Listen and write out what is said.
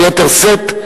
היטב, ביתר שאת,